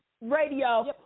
Radio